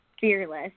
fearless